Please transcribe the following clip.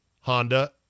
Honda